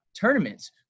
tournaments